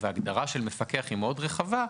והגדרה של מפקח מאוד רחבה,